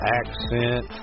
accent